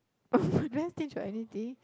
you never stinge on anything